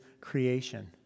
creation